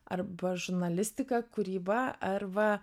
arba žurnalistika kūryba arba